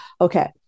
okay